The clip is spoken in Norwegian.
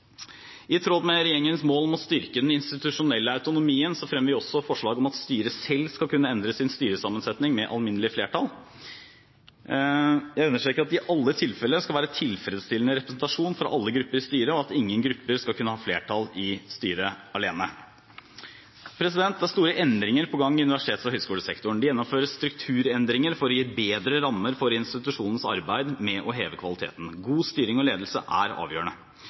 I tråd med regjeringens mål om å styrke den institusjonelle autonomien fremmer vi også forslag om at styret selv skal kunne endre sin styresammensetning med alminnelig flertall. Jeg understreker at det i alle tilfeller skal være tilfredsstillende representasjon fra all grupper i styret, og at ingen grupper skal kunne ha flertall i styret alene. Det er store endringer på gang i universitets- og høyskolesektoren. Det gjennomføres strukturendringer for å gi bedre rammer for institusjonens arbeid med å heve kvaliteten. God styring og ledelse er avgjørende.